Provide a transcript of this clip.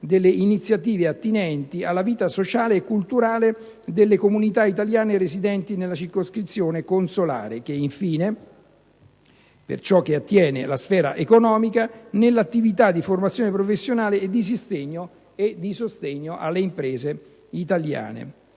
delle iniziative attinenti alla vita sociale e culturale delle comunità italiane residenti nella circoscrizione consolare che, infine, per ciò che attiene la sfera economica, nell'attività di formazione professionale e di sostegno alle imprese italiane.